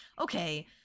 okay